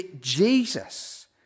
Jesus